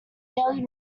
daily